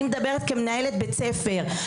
אני מדברת כמנהלת בית ספר.